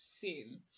seen